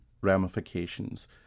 ramifications